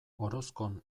orozkon